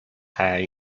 hair